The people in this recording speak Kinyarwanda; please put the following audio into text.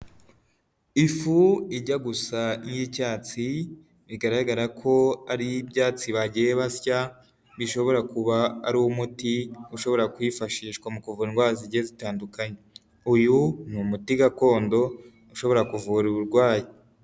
Ifu ijya gusa n'icyatsi bigaragara ko ariy'ibyatsi bagiye basya bishobora kuba ari umuti ushobora kwifashishwa mu kuvura indwara zigiye zitandukanye. Uyu ni umuti gakondo ushobora kuvura uburwayi.